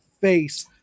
face